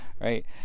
Right